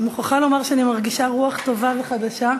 אני מוכרחה לומר שאני מרגישה רוח טובה וחדשה,